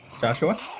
Joshua